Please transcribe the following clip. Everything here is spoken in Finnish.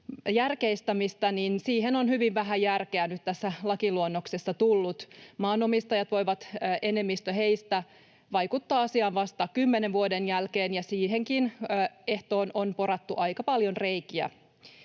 järkeistämistä, on hyvin vähän järkeä nyt tässä lakiluonnoksessa tullut. Maanomistajat voivat, enemmistö heistä, vaikuttaa asiaan vasta kymmenen vuoden jälkeen, ja siihenkin ehtoon on porattu aika paljon reikiä.